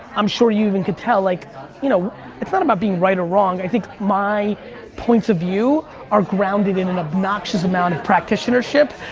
i'm sure you even can tell, like you know it's not about being right or wrong and i think my points of view are grounded in an obnoxious amount of practitioner-ship,